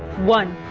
one